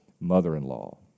mother-in-law